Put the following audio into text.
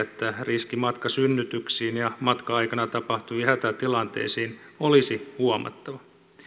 että riski matkasynnytyksiin ja matka aikana tapahtuviin hätätilanteisiin olisi huomattava